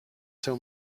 seu